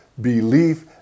belief